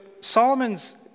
Solomon's